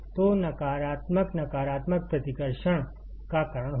तो नकारात्मक नकारात्मक प्रतिकर्षण का कारण होगा